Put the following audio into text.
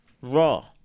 raw